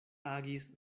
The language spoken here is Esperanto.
agis